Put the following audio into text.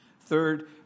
Third